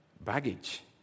baggage